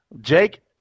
Jake